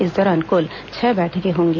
इस दौरान कुल छह बैठकें होंगी